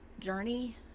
journey